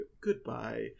goodbye